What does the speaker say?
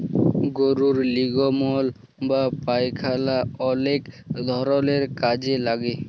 গরুর লির্গমল বা পায়খালা অলেক ধরলের কাজে লাগে